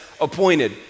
appointed